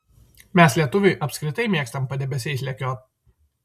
mes lietuviai apskritai mėgstam padebesiais lekiot